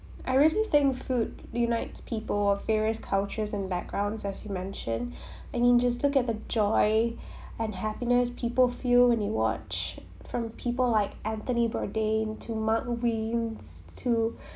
I really think food unites people of various cultures and backgrounds as you mentioned and you just look at the joy and happiness people feel when you watch from people like anthony bourdain to mark wiens to